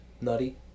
nutty